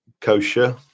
kosher